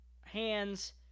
hands